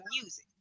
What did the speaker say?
music